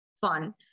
fun